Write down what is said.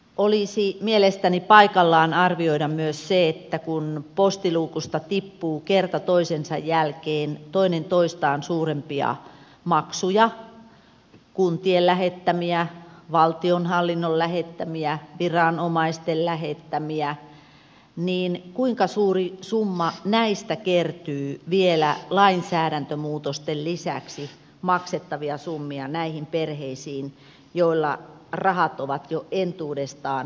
olisi mielestäni paikallaan arvioida myös se että kun postiluukusta tippuu kerta toisensa jälkeen toinen toistaan suurempia maksuja kuntien lähettämiä valtionhallinnon lähettämiä viranomaisten lähettämiä niin kuinka suuri summa näistä kertyy vielä lainsäädäntömuutosten lisäksi maksettavia summia näihin perheisiin joilla rahat ovat jo entuudestaan tiukalla